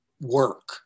work